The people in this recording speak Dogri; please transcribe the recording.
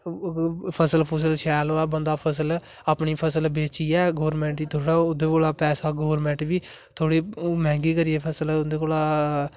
फसल बगेरा शैल होऐ बंदा फसल अपनी फसल बेची ऐ गवर्नमेंट गी थोह्डड़ा थोह्ड़ा उंदे कोला पैसा गवर्नेमेंट बी थोह्ड़ी मैंहगी करी फसल उंदे कोला